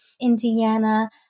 Indiana